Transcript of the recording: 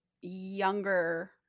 younger